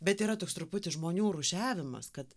bet yra toks truputį žmonių rūšiavimas kad